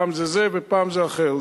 פעם זה זה ופעם זה אחר.